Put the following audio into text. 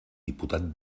diputat